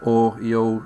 o jau